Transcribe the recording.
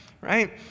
Right